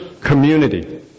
community